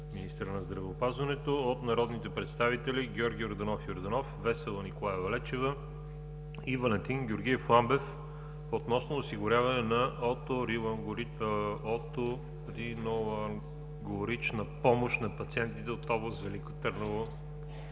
министъра на здравеопазването от народните представители Георги Йорданов Йорданов, Весела Николаева Лечева и Валентин Георгиев Ламбев относно осигуряване на оториноларингологична помощ на пациентите от област Велико Търново.